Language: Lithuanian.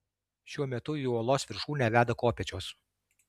šiuo metu į uolos viršūnę veda kopėčios